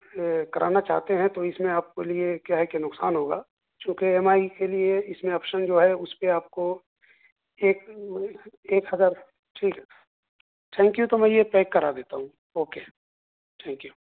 کرانا چاہتے ہیں تو اس میں آپ کے لیے کیا ہے کہ نقصان ہوگا چونکہ ایم آئی کے لیے اس میں آپشن جو ہے اس پہ آپ کو ایک ایک ہزار ٹھیک ہے ٹھینک یو تو میں یہ پیک کرا دیتا ہوں اوکے ٹھینک یو